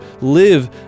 live